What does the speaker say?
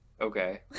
Okay